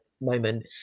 moment